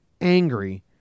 angry